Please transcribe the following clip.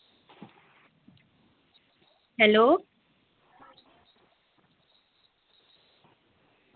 hello